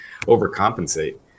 overcompensate